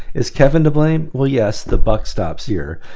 is kevin to blame? well yes, the buck stops here.